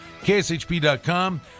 KSHP.com